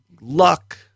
luck